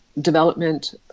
development